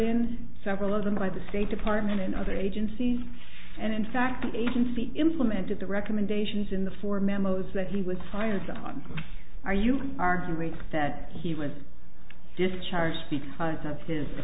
in several of them by the state department and other agencies and in fact the agency implemented the recommendations in the four memos that he was fired on are you are grateful that he was discharged because of his